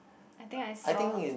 I think I saw